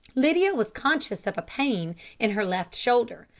lydia was conscious of a pain in her left shoulder.